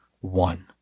one